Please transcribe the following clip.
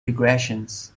regressions